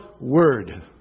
word